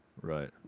Right